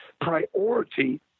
priority